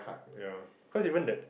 ya cause even that